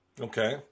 Okay